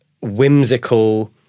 whimsical